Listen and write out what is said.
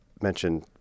mentioned